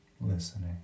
listening